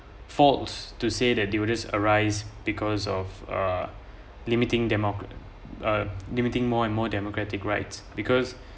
false to say that they would just arise because of uh limiting demo~ uh limiting more and more democratic right because